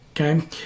okay